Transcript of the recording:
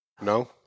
No